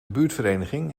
buurtvereniging